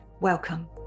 welcome